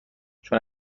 چون